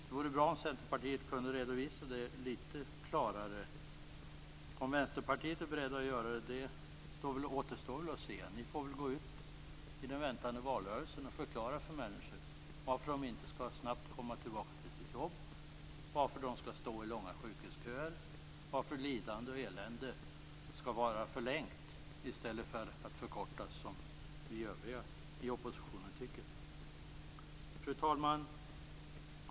Det vore bra om Centerpartiet kunde redovisa det litet klarare. Om Vänsterpartiet är berett att göra det återstår väl att se. Ni får väl gå ut i den väntande valrörelsen och förklara för människor varför de inte snabbt skall komma tillbaka till sina jobb, varför de skall stå i långa sjukhusköer, varför lidande och elände skall vara förlängt i stället för att förkortas som vi övriga i oppositionen tycker. Fru talman!